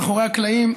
מאחורי הקלעים,